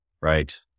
Right